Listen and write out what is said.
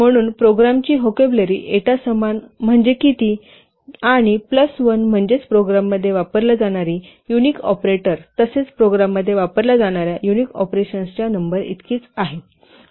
म्हणून प्रोग्रॅमची vocabulary eta समान म्हणजे किती आणि प्लस १ म्हणजेच प्रोग्राममध्ये वापरली जाणारी युनिक ऑपरेटर तसेच प्रोग्राममध्ये वापरल्या जाणार्या युनिक ऑपरेशन्सच्या नंबरइतकीच आहे